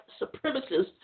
supremacists